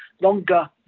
longer